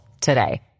today